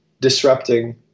disrupting